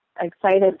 excited